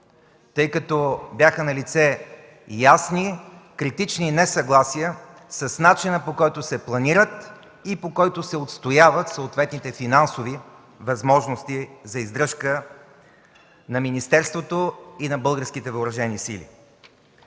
тъй като бяха налице ясни, критични несъгласия с начина, по който се планират и по който се отстояват съответните финансови възможности за издръжка на министерството и на българските въоръжени сили.